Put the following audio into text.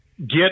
get